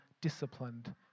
disciplined